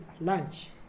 lunch